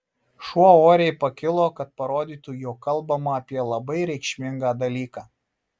šuo oriai pakilo kad parodytų jog kalbama apie labai reikšmingą dalyką